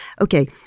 okay